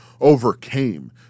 overcame